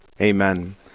amen